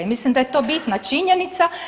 Mislim da je to bitna činjenica.